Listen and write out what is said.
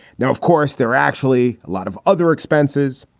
now, of course, they're actually a lot of other expenses.